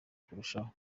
kurushaho